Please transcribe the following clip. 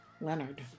Leonard